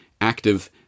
active